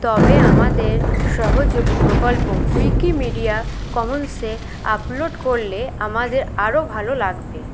তবে আমাদের সহযোগী প্রকল্প উইকি মিডিয়া কমনসে আপলোড করলে আমাদের আরও ভালো লাগবে